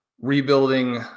rebuilding